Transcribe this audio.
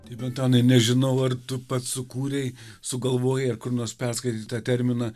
tėve antanai nežinau ar tu pats sukūrei sugalvojai ar kur nors perskaitei tą terminą